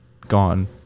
gone